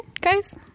guys